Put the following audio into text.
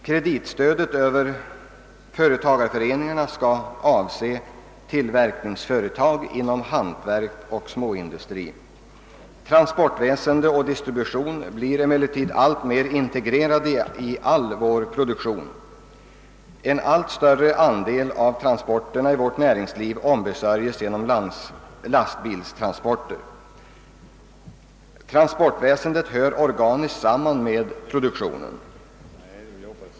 Kreditstödet över företagareföreningarna skall avse tillverkningsföretag inom hantverk och småindustri. Transportväsende och distribution blir emellertid alltmer integrerade i all vår produktion. En allt större andel av transporterna i vårt näringsliv ombesörjes numera genom lastbilar. Transportväsendet hör organiskt samman med vår produktion.